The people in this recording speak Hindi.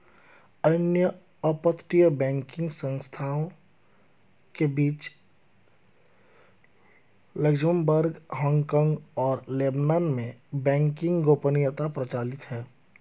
अन्य अपतटीय बैंकिंग संस्थानों के बीच लक्ज़मबर्ग, हांगकांग और लेबनान में बैंकिंग गोपनीयता प्रचलित है